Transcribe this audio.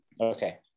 Okay